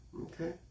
Okay